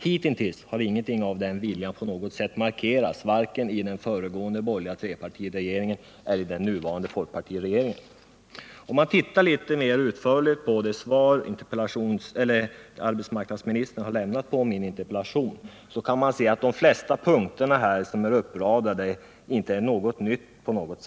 Hitintills har inget av den viljan på något sätt markerats vare sig av den föregående borgerliga trepartiregeringen eller av den nuvarande folkpartiregeringen. En noggrann genomgång av det svar arbetsmarknadsministern har lämnat på min interpellation ger vid handen att de flesta av de punkter som där radats upp inte på något sätt är nya.